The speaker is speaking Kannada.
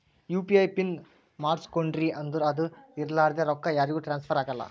ಯು ಪಿ ಐ ಪಿನ್ ಮಾಡುಸ್ಕೊಂಡ್ರಿ ಅಂದುರ್ ಅದು ಇರ್ಲಾರ್ದೆ ರೊಕ್ಕಾ ಯಾರಿಗೂ ಟ್ರಾನ್ಸ್ಫರ್ ಆಗಲ್ಲಾ